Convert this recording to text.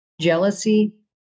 jealousy